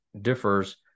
differs